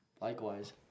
Likewise